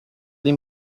alle